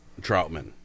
Troutman